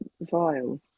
vile